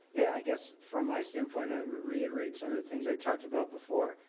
yeah, i guess from my standpoint, i reiterate some of the things i talked about before.